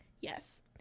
Yes